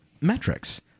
metrics